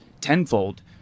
tenfold